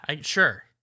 sure